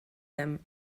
them